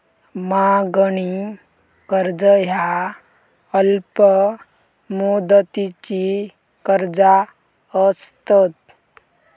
मागणी कर्ज ह्या अल्प मुदतीची कर्जा असतत